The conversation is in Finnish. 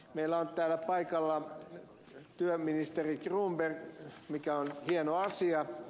meillä on täällä paikalla työministeri cronberg mikä on hieno asia